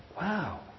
Wow